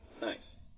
Nice